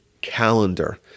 calendar